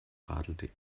radelte